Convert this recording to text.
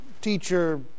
teacher